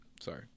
Sorry